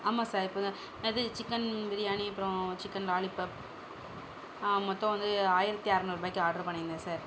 ஆமாம் சார் இப்போ தான் அது சிக்கன் பிரியாணி அப்புறோம் சிக்கன் லாலிபப் மொத்தம் வந்து ஆயிரத்து அறநூறுபாக்கி ஆர்ட்ரு பண்ணியிருந்தேன் சார்